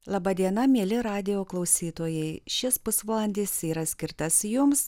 laba diena mieli radijo klausytojai šis pusvalandis yra skirtas jums